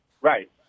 Right